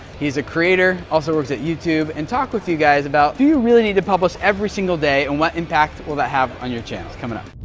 he is a creator, also works at youtube, and talk with you guys about, do you really need to publish every single day and what impact will that have on your channel? it's coming up.